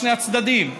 בשני הצדדים.